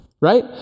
right